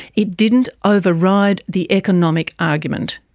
it didn't over-ride the economic argument.